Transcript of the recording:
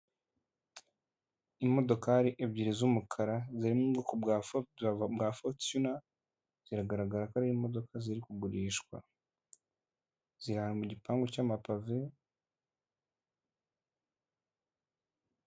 Imodokari ebyiri z'umukara zirimo ubwoko bwa fokuzabwa fotuna ziragaragara ko ari imodoka ziri kugurishwa ziraha mu igipangu cyamapavi.